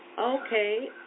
Okay